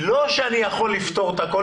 פה, לא שאני יכול לפתור את הכול.